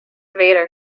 vader